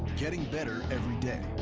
getting better everyday.